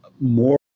more